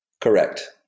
Correct